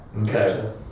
Okay